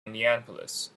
indianapolis